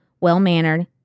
well-mannered